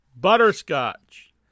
Butterscotch